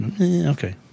Okay